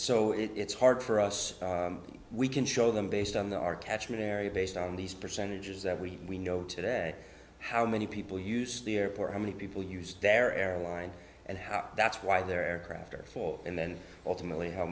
so it's hard for us we can show them based on the our catchment area based on these percentages that we we know today how many people use the airport how many people use their airline and how that's why they're crafter for and then ultimately how